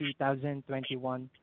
2021